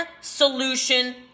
solution